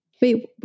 Wait